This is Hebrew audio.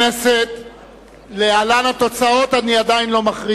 לא למחוא כפיים, מה קרה?